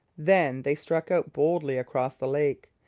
then they struck out boldly across the lake.